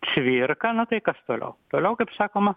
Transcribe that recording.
cvirka na tai kas toliau toliau kaip sakoma